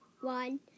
One